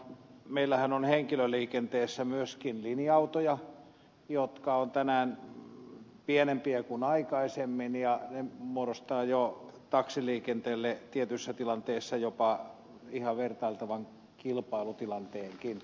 meillähän on henkilöliikenteessä myöskin linja autoja jotka ovat pienempiä kuin aikaisemmin ja ne muodostavat jo taksiliikenteelle tietyissä tilanteissa ihan vertailtavan kilpailutilanteenkin